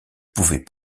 pouvait